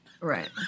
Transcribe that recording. Right